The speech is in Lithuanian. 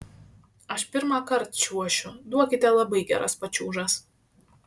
aš pirmąkart čiuošiu duokite labai geras pačiūžas